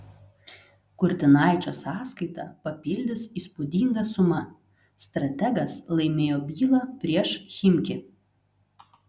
kurtinaičio sąskaitą papildys įspūdinga suma strategas laimėjo bylą prieš chimki